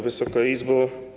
Wysoka Izbo!